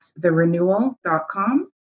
therenewal.com